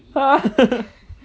!huh!